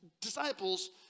disciples